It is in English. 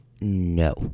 No